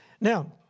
Now